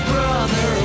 Brother